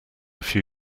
few